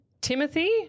Timothy